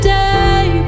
day